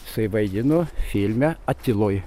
jisai vaidino filme atiloj